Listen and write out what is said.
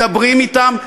מדברים אתם,